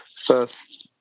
first